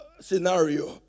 scenario